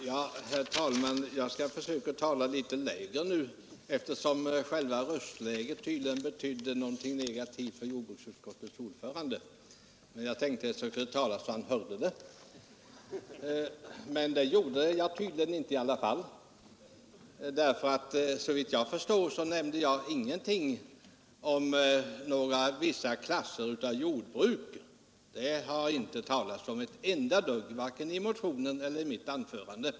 Herr talman! Jag skall försöka tala litet lägre nu, eftersom tydligen ett högt röstläge var någonting negativt för jordbruksutskottets ordförande. Jag tänkte att jag skulle tala så att han hörde — men det gjorde han tydligen inte i alla fall. Såvitt jag minns nämnde jag ingenting om några särskilda klasser av jordbrukare. Det har jag inte gjort, vare sig i motionen eller i mitt anförande.